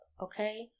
okay